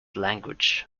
language